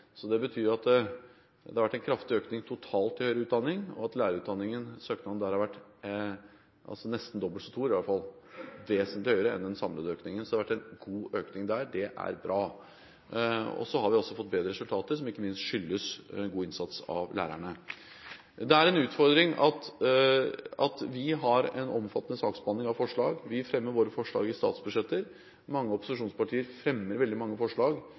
Det betyr at det har vært en kraftig økning totalt til høyere utdanning, og at søkningen til lærerutdanningen har vært nesten dobbelt så stor – i hvert fall vesentlig høyere enn den samlede økningen. Det har altså vært en god økning der. Det er bra. Og vi har fått bedre resultater, som ikke minst skyldes god innsats av lærerne. Det er en utfordring at vi har en omfattende behandling av forslag. Vi fremmer våre forslag i statsbudsjetter. Mange opposisjonspartier fremmer veldig mange forslag